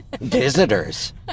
Visitors